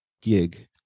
gig